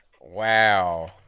wow